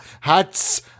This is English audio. Hats